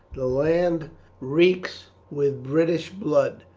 the land reeks with british blood.